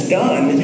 done